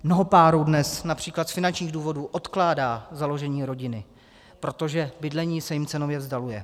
Mnoho párů dnes například z finančních důvodů odkládá založení rodiny, protože bydlení se jim cenově vzdaluje.